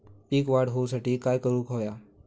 पीक वाढ होऊसाठी काय करूक हव्या?